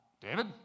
David